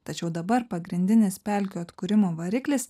tačiau dabar pagrindinis pelkių atkūrimo variklis